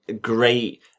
great